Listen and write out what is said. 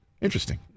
Interesting